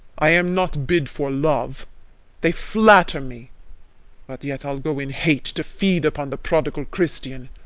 i am not bid for love they flatter me but yet i'll go in hate, to feed upon the prodigal christian.